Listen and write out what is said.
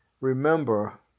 remember